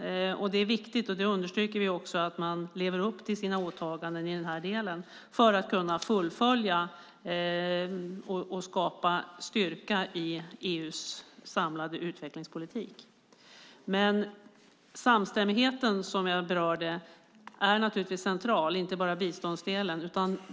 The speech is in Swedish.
Det är viktigt - det understryker vi också - att man lever upp till sina åtaganden i den delen för att kunna fullfölja och skapa styrka i EU:s samlade utvecklingspolitik. Samstämmigheten som jag berörde är naturligtvis central, inte bara när det gäller biståndsdelen.